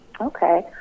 Okay